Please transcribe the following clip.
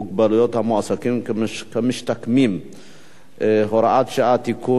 המועסקים כמשתקמים (הוראת שעה) (תיקון),